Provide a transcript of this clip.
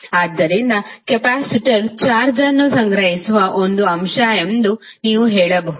ಆದ್ದರಿಂದ ಕೆಪಾಸಿಟರ್ ಚಾರ್ಜ್ನ್ನು ಸಂಗ್ರಹಿಸುವ ಒಂದು ಅಂಶ ಎಂದು ನೀವು ಹೇಳಬಹುದು